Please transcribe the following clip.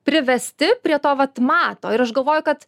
privesti prie to vat mato ir aš galvoju kad